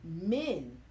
men